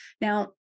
Now